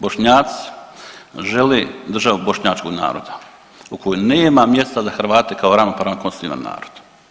Bošnjaci žele državu bošnjačkog naroda u kojoj nema mjesta za Hrvate kao ravnopravan konstitutivan narod.